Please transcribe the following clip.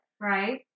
Right